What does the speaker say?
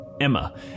Emma